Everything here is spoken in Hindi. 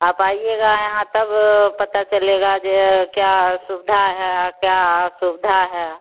आप आएं यहां तब पता चलेगा कि क्या सुविधा है और क्या असुविधा है